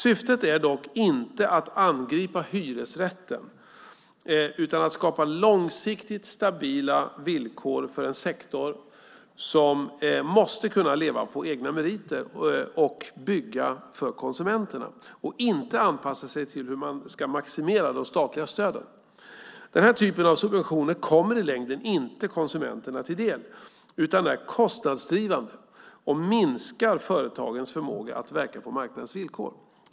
Syftet är dock inte att angripa hyresrätten utan att skapa långsiktigt stabila villkor för en sektor som måste kunna leva på egna meriter och bygga för konsumenterna, och inte anpassa sig till hur man ska maximera de statliga stöden. Denna typ av subventioner kommer i längden inte konsumenterna till del utan är kostnadsdrivande och minskar företagens förmåga att verka på marknadens villkor.